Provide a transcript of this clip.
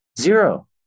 Zero